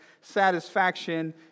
satisfaction